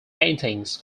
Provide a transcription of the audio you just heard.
paintings